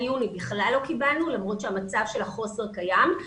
על יוני בכלל לא קיבלנו למרות שהמצב של החוסר קיים.